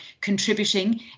contributing